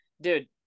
dude